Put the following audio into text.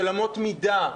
של אמות מידה,